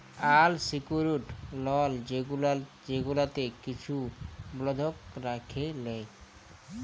আল secured loan যেগুলাতে কিছু বল্ধক রাইখে লেই